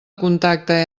contacte